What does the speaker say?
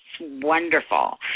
wonderful